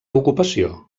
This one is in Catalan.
ocupació